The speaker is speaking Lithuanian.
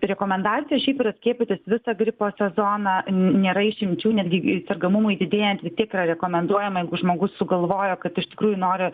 rekomendacija šiaip yra skiepytis visą gripo sezoną nėra išimčių netgi sergamumui didėjant vis tiek yra rekomenduojama jeigu žmogus sugalvojo kad iš tikrųjų nori